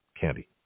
Candy